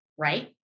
Right